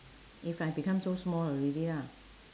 if I become so small already ah